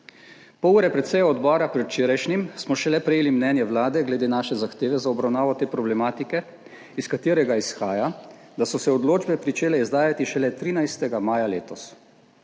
Pol ure pred sejo odbora predvčerajšnjim smo šele prejeli mnenje Vlade glede naše zahteve za obravnavo te problematike, iz katerega izhaja, da so se odločbe pričele izdajati šele 13. maja letos.